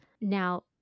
Now